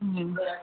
ம்